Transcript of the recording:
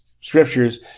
scriptures